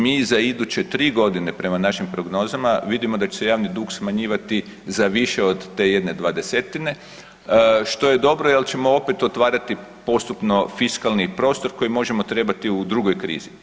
Mi za iduće 3 godine prema našim prognozama vidimo da će se javni dug smanjivati za više od te jedne dvadesetine, što je dobro jer ćemo opet otvarati postupno fiskalni prostor koji možemo trebati u drugoj krizi.